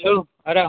hello ആരാണ്